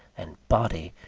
and body,